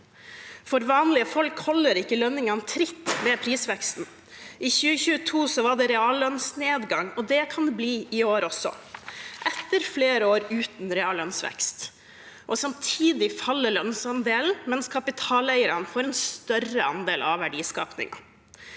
For vanlige folk holder ikke lønningene tritt med prisveksten. I 2022 var det en reallønnsnedgang, og det kan det bli i år også – etter flere år uten reallønnsvekst. Og samtidig faller lønnsandelen, mens kapitaleierne får en større andel av verdiskapingen.